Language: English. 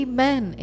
Amen